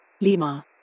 Lima